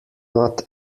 not